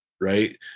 right